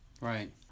Right